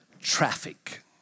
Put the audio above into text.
traffic